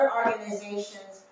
organizations